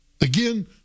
Again